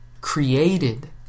created